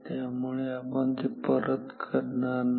त्यामुळे आपण ते परत करणार नाही